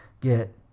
get